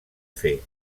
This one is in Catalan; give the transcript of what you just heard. fer